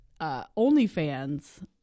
OnlyFans